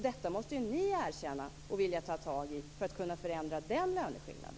Detta måste ni erkänna och vilja ta tag i för att kunna förändra den löneskillnaden.